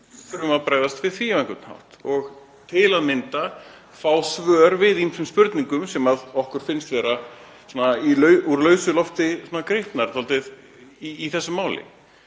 þurfum við að bregðast við því á einhvern hátt, til að mynda að fá svör við ýmsum spurningum sem okkur finnast vera úr lausu lofti gripnar í þessu máli.